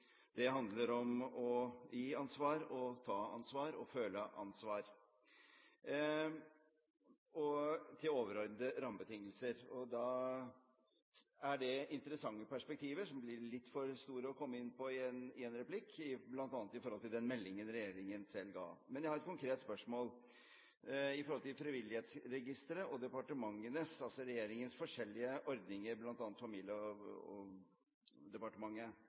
Det handler om å gi ansvar, ta ansvar og føle ansvar og om overordnede rammebetingelser. Det er interessante perspektiver, som blir litt for store å komme inn på i en replikk, bl.a. i forhold til den meldingen regjeringen selv kom med. Men jeg har et konkret spørsmål i forhold til Frivillighetsregisteret og departementenes, altså regjeringens, forskjellige støtteordninger, bl.a. Likestillingsdepartementets. Man tenkte seg at Frivillighetsregisteret skulle være en slags Altinn-ordning, altså ett sted å hente tall og